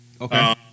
Okay